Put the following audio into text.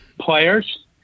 players